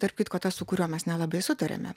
tarp kitko tas su kuriuo mes nelabai sutarėme